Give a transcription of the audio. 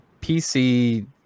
PC